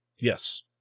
Yes